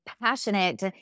passionate